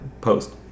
post